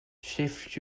chef